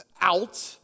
out